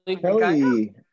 Kelly